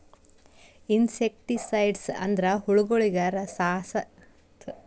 insecticides ಅಂದ್ರ ಹುಳಗೋಳಿಗ ಸಾಯಸಕ್ಕ್ ಬಳ್ಸಂಥಾ ರಾಸಾನಿಕ್ ದ್ರವ ಅಥವಾ ಎಣ್ಣಿ